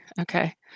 okay